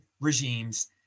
regimes